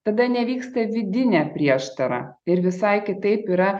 tada nevyksta vidinė prieštara ir visai kitaip yra